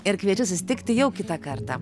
ir kviečiu susitikti jau kitą kartą